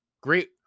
Great